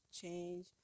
change